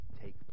take